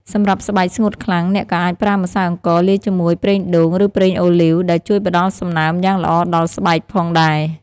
សម្រាប់ស្បែកស្ងួតខ្លាំង អ្នកក៏អាចប្រើម្សៅអង្ករលាយជាមួយប្រេងដូង ឬប្រេងអូលីវ ដែលជួយផ្ដល់សំណើមយ៉ាងល្អដល់ស្បែកផងដែរ។